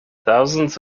thousands